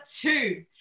two